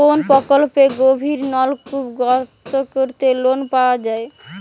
কোন প্রকল্পে গভির নলকুপ করতে লোন পাওয়া য়ায়?